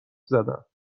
زدم